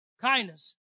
kindness